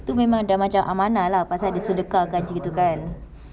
tu memang dah macam amanah lah pasal dia sedekah gaji itu kan